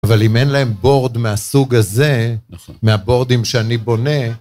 אבל אם אין להם bord מהסוג הזה, נכון. מהבורדים שאני בונה,